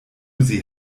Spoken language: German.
sie